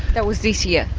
that was this year?